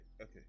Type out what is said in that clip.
okay